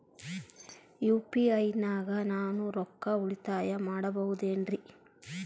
UPI ನಾಗ ನಾನು ರೊಕ್ಕ ಉಳಿತಾಯ ಮಾಡಬಹುದೇನ್ರಿ?